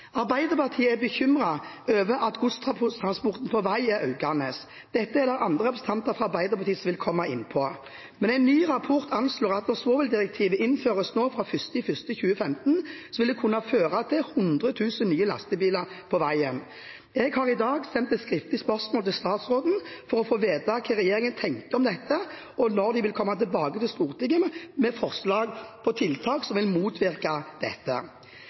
Arbeiderpartiet er bekymret over at godstransporten på vei er økende. Dette er det andre representanter fra Arbeiderpartiet som vil komme inn på. En ny rapport anslår at når svoveldirektivet innføres fra 1. januar 2015, vil det kunne føre til 100 000 nye lastebiler på veien. Jeg har i dag sendt et skriftlig spørsmål til statsråden for å få vite hva regjeringen tenker om dette, og når de vil komme tilbake til Stortinget med forslag til tiltak som vil motvirke dette.